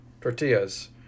tortillas